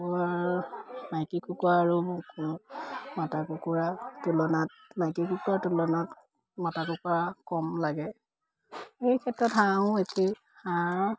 কুকুৰাৰ মাইকী কুকুৰা আৰু মতা কুকুৰা তুলনাত মাইকী কুকুৰাৰ তুলনাত মতা কুকুৰা কম লাগে এই ক্ষেত্ৰত হাঁহো একেই হাঁহ